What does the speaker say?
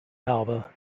alba